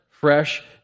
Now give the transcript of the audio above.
Fresh